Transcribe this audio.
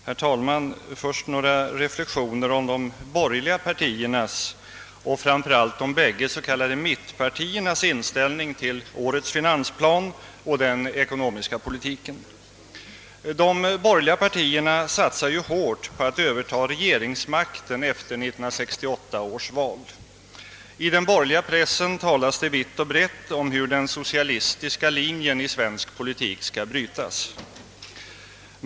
Herr talman! Först några reflexioner om de borgerliga partiernas och framför allt de bägge s.k. mittpartiernas inställning till årets finansplan och den ekonomiska politiken. De borgerliga partierna satsar ju hårt på att övertaga regeringsmakten efter 1968 års val. I den borgerliga pressen talas det vitt och brett om hur den socialistiska linjen i svensk politik skall brytas.